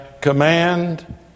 command